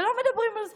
ולא מדברים על זה,